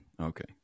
Okay